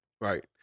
right